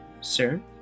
Sir